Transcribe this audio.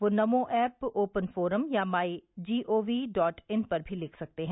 वे NaMo app open forum या my G O V dot in पर भी लिख सकते हैं